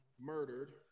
murdered